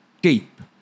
deep